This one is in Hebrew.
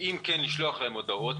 ואם כן אז לשלוח להם הודעות.